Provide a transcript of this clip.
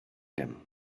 him